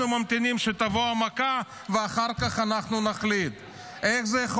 אני אומר